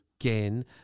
again